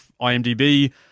IMDb